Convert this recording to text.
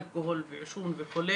אלכוהול ועישון וכו',